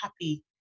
happy